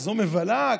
כזאת מבלה.